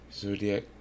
zodiac